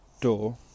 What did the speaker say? door